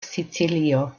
sicilio